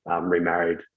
remarried